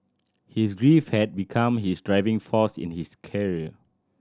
his grief had become his driving force in his career